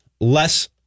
less